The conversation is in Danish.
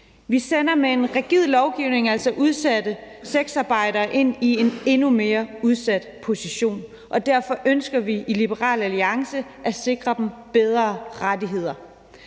Vi sender altså med en rigid lovgivning udsatte sexarbejdere ind i en endnu mere udsat position, og derfor ønsker vi i Liberal Alliance at sikre dem bedre rettigheder.